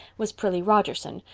was prillie rogerson,